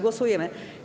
Głosujemy.